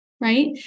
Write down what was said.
Right